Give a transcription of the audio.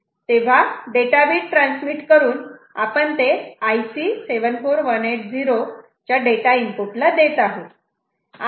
तेव्हा data bit transmit करून आपण ते IC 74180 डेटा इनपुट ला देत आहोत